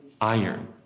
iron